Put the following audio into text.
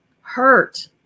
hurt